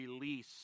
release